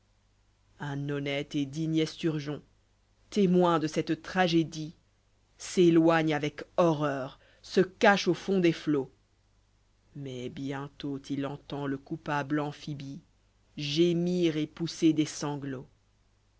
un honnête et digne esturgeon témoin de cette tragédie s'éloigne avec horreur se cache au fond des flots j mais bientôt il enlend le coupable amphibie gémir et pousser des sanglots